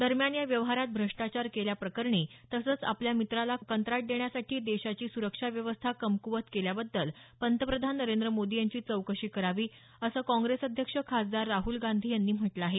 दरम्यान या व्यवहारात भ्रष्टाचार केल्या प्रकरणी तसंच आपल्या मित्राला कंत्राट देण्यासाठी देशाची सुरक्षा व्यवस्था कमकुवत केल्याबद्दल पंतप्रधान नरेंद्र मोदी यांची चौकशी करावी असं काँप्रेस अध्यक्ष खासदार राहुल गांधी यांनी म्हटलं आहे